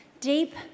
Deep